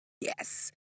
yes